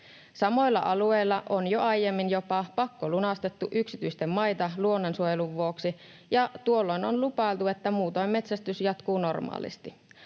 Samoilla alueilla on jo aiemmin jopa pakkolunastettu yksityisten maita luonnonsuojelun vuoksi, ja tuolloin on lupailtu, että muutoin metsästys jatkuu normaalisti.